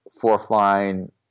fourth-line